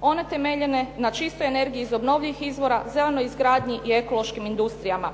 one temelje na čistoj energiji iz obnovljivih izvora …/Govornica se ne razumije./… i ekološkim industrijama.